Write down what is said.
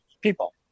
people